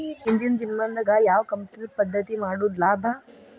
ಇಂದಿನ ದಿನಮಾನದಾಗ ಯಾವ ಕಮತದ ಪದ್ಧತಿ ಮಾಡುದ ಲಾಭ?